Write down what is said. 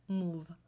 move